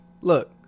Look